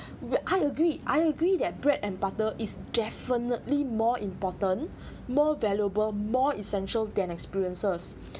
well I agree I agree that bread and butter is definitely more important more valuable more essential than experiences